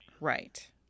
Right